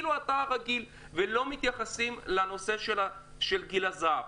לא מתייחסים לנושא של גיל הזהב.